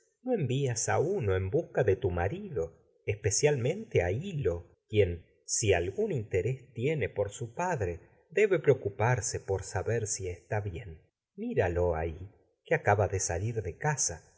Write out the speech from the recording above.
no envías a uno en busca de tu marido especialmen su te a hil lo quien si algún interés si tiene por padre ahí debe preocuparse por saber casa está bien que míralo si te que acaba de salir de